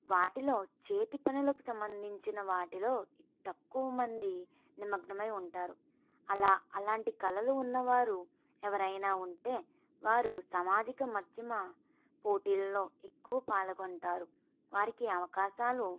వాటిలో చేతి పనులకు సంబంధించిన వాటిలో తక్కువ మంది నిమగ్నమై ఉంటారు అలా అలాంటి కళలు ఉన్నవారు ఎవరైనా ఉంటే వారు సామాజిక మాధ్యమ పోటీలలో ఎక్కువ పాల్గొంటారు వారికి అవకాశాలు